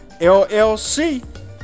LLC